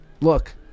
Look